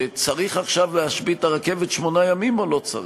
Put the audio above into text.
שצריך עכשיו להשבית את הרכבת שמונה ימים או לא צריך?